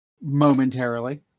momentarily